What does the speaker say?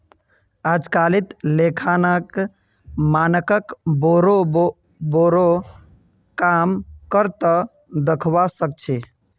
अजकालित लेखांकन मानकक बोरो बोरो काम कर त दखवा सख छि